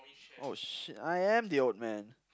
!oh-shit! I am the old man